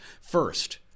First